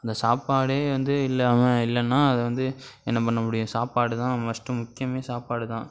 அந்த சாப்பாடே வந்து இல்லாமல் இல்லைன்னா அதை வந்து என்ன பண்ண முடியும் சாப்பாடு தான் ஃபர்ஸ்ட்டு முக்கியமே சாப்பாடு தான்